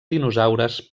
dinosaures